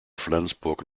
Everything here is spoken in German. flensburg